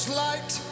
light